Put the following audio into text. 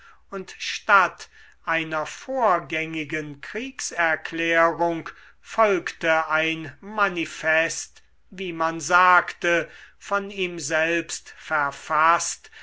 und statt einer vorgängigen kriegserklärung folgte ein manifest wie man sagte von ihm selbst verfaßt